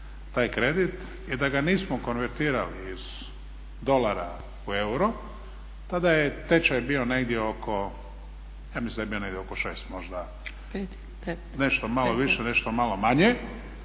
taj kredit i da ga nismo konvertirali iz dolara u euro tada je tečaj bio negdje oko, ja mislim da je bio negdje oko šest možda. Nešto malo više, nešto malo manje,